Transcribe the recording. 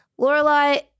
Lorelai